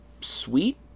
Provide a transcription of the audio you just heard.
sweet